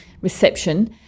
reception